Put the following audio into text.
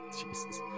Jesus